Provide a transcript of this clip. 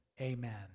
Amen